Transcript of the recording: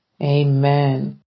Amen